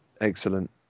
excellent